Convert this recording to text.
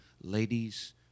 ladies